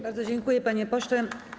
Bardzo dziękuję, panie pośle.